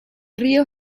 río